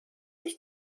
ich